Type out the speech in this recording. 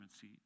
seat